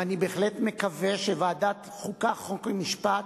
ואני בהחלט מקווה שוועדת החוקה, חוק ומשפט,